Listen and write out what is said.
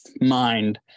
mind